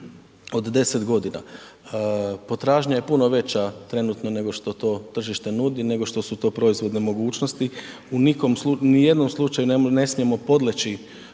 od 10.g., potražnja je puno veća trenutno nego što to tržište nudi, nego što su to proizvodne mogućnosti, u nikom slučaju, ni u jednom